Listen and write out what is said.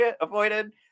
avoided